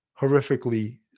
horrifically